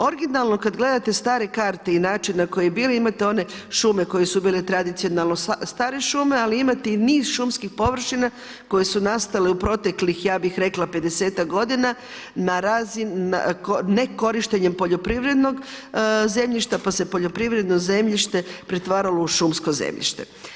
Originalno kad gledate stare karte i način na koji je bili, imate one šume koje su bile tradicionalne stare šume, ali imate i niz šumskih površina koje su nastale u proteklih, ja bih rekla 50-tak g. na nekorištenje poljoprivrednog zemljišta, pa se poljoprivredno zemljište pretvaralo u šumsko zemljište.